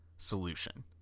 solution